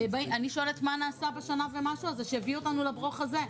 אני שואלת מה נעשה בשנה ומשהו הזה שהביא אותנו לברוכ הזה.